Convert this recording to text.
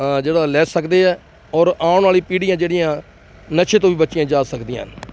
ਜਿਹੜਾ ਲੈ ਸਕਦੇ ਆ ਔਰ ਆਉਣ ਵਾਲੀ ਪੀੜ੍ਹੀਆਂ ਜਿਹੜੀਆਂ ਨਸ਼ੇ ਤੋਂ ਵੀ ਬਚੀਆਂ ਜਾ ਸਕਦੀਆਂ ਹਨ